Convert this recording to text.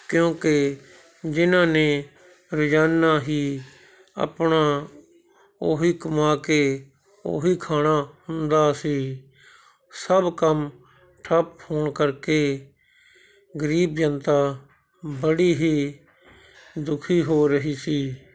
ਕਿਉਂਕਿ ਜਿਨ੍ਹਾਂ ਨੇ ਰੋਜ਼ਾਨਾ ਹੀ ਆਪਣਾ ਉਹੀ ਕਮਾ ਕੇ ਉਹੀ ਖਾਣਾ ਹੁੰਦਾ ਸੀ ਸਭ ਕੰਮ ਠੱਪ ਹੋਣ ਕਰਕੇ ਗਰੀਬ ਜਨਤਾ ਬੜੀ ਹੀ ਦੁਖੀ ਹੋ ਰਹੀ ਸੀ